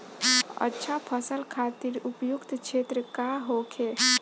अच्छा फसल खातिर उपयुक्त क्षेत्र का होखे?